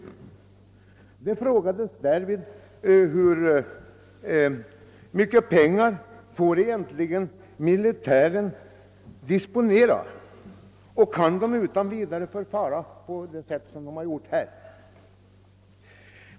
Man frågade hur mycket pengar militären egentligen fick disponera och om den utan vidare kunde förfara på det sätt den gjort här.